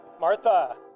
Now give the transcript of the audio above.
martha